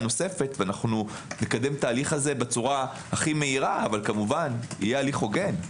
נוספת ונקדם את ההליך הזה בצורה הכי מהירה אבל כמובן יהיה הליך הוגן.